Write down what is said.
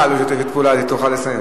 לא לשתף פעולה כדי שהיא תוכל לסיים.